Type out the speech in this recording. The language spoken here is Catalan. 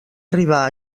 arribar